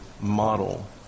model